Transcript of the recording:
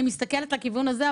אני מסתכלת על הכיוון הזה,